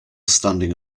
standing